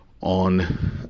on